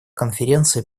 конференции